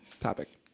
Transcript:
topic